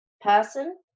person